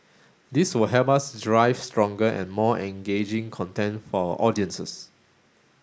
this will help us drive stronger and more engaging content for our audiences